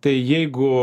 tai jeigu